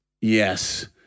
Yes